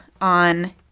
on